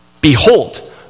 Behold